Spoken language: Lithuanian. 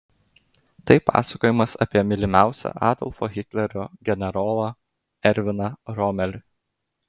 tai pasakojimas apie mylimiausią adolfo hitlerio generolą erviną romelį